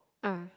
ah